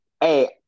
hey